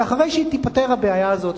ואחרי שתיפתר הבעיה הזאת,